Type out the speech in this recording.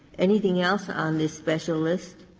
anything else on this special list?